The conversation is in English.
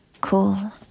cool